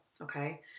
okay